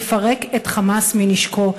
יפרק את "חמאס" מנשקו,